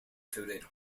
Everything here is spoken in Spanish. febrero